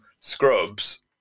scrubs